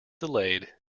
delayed